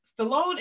Stallone